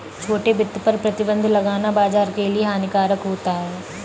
छोटे वित्त पर प्रतिबन्ध लगाना बाज़ार के लिए हानिकारक होता है